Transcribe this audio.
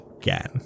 again